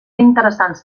interessants